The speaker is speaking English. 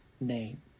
name